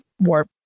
warp